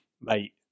mate